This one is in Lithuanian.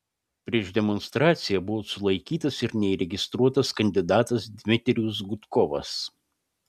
prieš demonstraciją buvo sulaikytas ir neįregistruotas kandidatas dmitrijus gudkovas